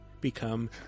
become